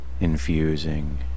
infusing